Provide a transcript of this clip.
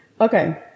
Okay